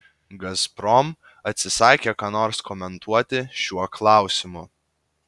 gazprom atsisakė ką nors komentuoti šiuo klausimu